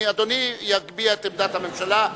אדוני יביע את עמדת הממשלה.